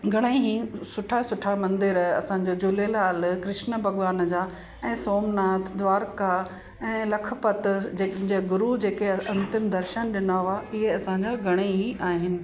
घणे ई सुठा सुठा मंदर असांजो झूलेलाल कृष्ण भॻिवान जा ऐं सोमनाथ द्वारका ऐं लखपत जे जे गुरु जेके अंतिम दर्शन ॾिन हुआ ईअं असांजा घणे ई आहिनि